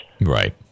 right